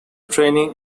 training